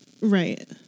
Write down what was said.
right